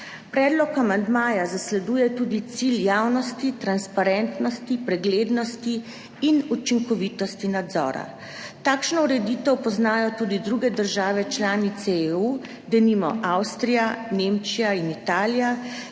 Predlog amandmaja zasleduje tudi cilj javnosti, transparentnosti, preglednosti in učinkovitosti nadzora. Takšno ureditev poznajo tudi druge države članice EU, denimo Avstrija, Nemčija in Italija